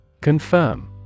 confirm